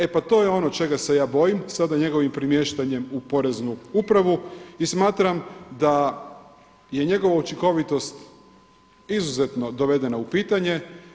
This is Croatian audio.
E pa to je ono čega se ja bojim sada njegovim premiještanjem u poreznu upravu i smatram da je njegova učinkovitost izuzetno dovedena u pitanje.